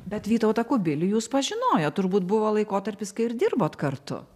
bet vytautą kubilių jūs pažinojot turbūt buvo laikotarpis kai ir dirbot kartu